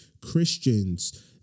Christians